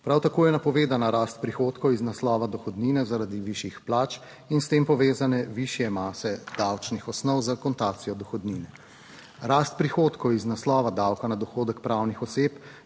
Prav tako je napovedana rast prihodkov iz naslova dohodnine zaradi višjih plač in s tem povezane višje mase davčnih osnov za akontacijo dohodnine. Rast prihodkov iz naslova davka na dohodek pravnih oseb